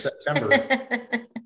September